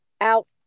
out